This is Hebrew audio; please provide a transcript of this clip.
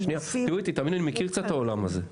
שרת ההתיישבות והמשימות הלאומיות אורית